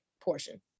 portion